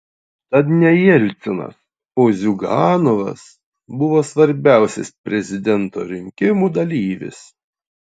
tad ne jelcinas o ziuganovas buvo svarbiausias prezidento rinkimų dalyvis